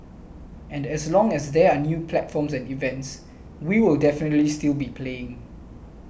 and as long as there are new platforms and events we will definitely still be playing